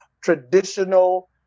traditional